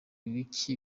ibiki